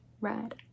red